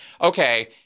okay